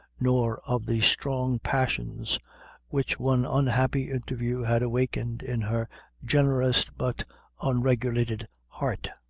nor of the strong passions which one unhappy interview had awakened in her generous but unregulated heart.